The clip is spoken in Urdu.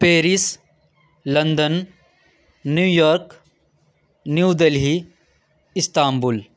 Paris London New York New Delhi Istanbul